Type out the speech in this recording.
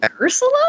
Ursula